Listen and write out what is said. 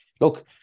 look